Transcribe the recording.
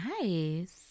Nice